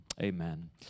Amen